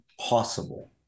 possible